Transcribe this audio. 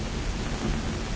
he